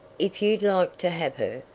if you'd like to have her,